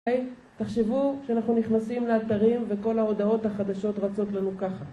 תחשבו שאנחנו נכנסים לאתרים וכל ההודעות החדשות רצות לנו ככה